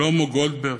שלמה גולדברג,